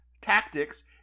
tactics